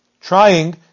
trying